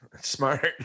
smart